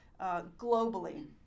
globally